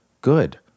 Good